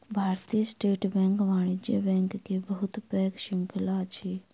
भारतीय state bank वाणिज्य bank के बहुत पैघ श्रृंखला अछि